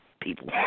People